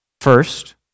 First